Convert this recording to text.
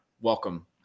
welcome